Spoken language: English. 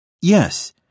Yes